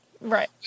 Right